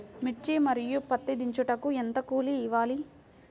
మిర్చి మరియు పత్తి దించుటకు ఎంత కూలి ఇవ్వాలి?